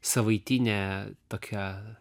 savaitinė tokia